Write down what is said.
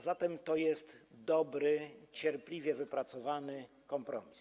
Zatem to jest dobry i cierpliwie wypracowany kompromis.